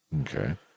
Okay